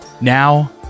Now